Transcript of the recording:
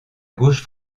gauche